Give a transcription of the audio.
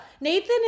Nathan